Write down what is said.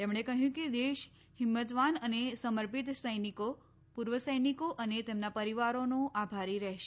તેમણે કહ્યું કે દેશ હિંમતવાન અને સમર્પિત સૈનિકો પૂર્વ સૈનિકો અને તેમના પરિવારોનો આભારી રહેશે